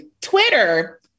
Twitter